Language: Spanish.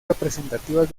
representativas